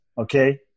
okay